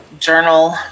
Journal